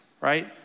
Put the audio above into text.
right